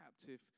captive